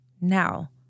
Now